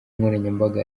nkoranyambaga